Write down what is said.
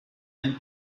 and